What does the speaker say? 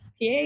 PA